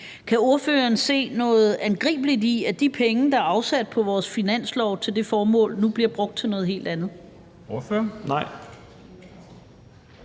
Kan ordføreren se noget angribeligt i, at de penge, der er afsat på vores finanslov til det formål, nu bliver brugt til noget helt andet?